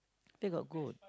there got gold